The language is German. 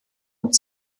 und